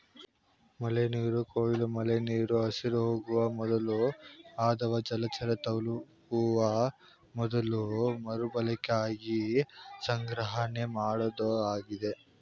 ಮಳೆನೀರು ಕೊಯ್ಲು ಮಳೆನೀರು ಹರಿದುಹೋಗೊ ಮೊದಲು ಅಥವಾ ಜಲಚರ ತಲುಪುವ ಮೊದಲು ಮರುಬಳಕೆಗಾಗಿ ಸಂಗ್ರಹಣೆಮಾಡೋದಾಗಿದೆ